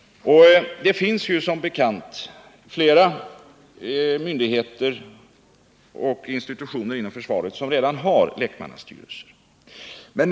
Det finns som bekant flera myndigheter och institutioner inom försvaret som redan har lekmannastyrelser.